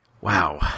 Wow